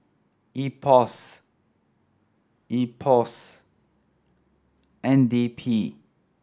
IPOS IPOS N D P